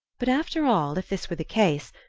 but, after all, if this were the case,